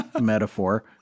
metaphor